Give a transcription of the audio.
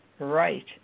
Right